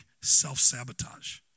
self-sabotage